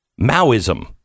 Maoism